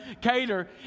cater